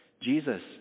Jesus